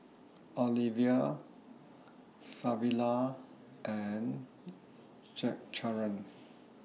Olivia Savilla and Zachariah